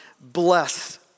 bless